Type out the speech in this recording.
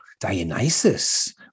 Dionysus